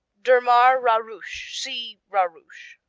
durmar, rarush see rarush.